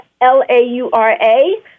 L-A-U-R-A